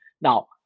Now